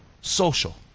social